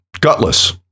Gutless